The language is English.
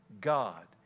God